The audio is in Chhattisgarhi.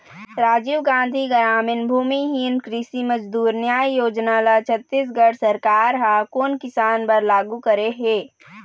राजीव गांधी गरामीन भूमिहीन कृषि मजदूर न्याय योजना ल छत्तीसगढ़ सरकार ह कोन किसान बर लागू करे हे?